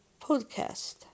podcast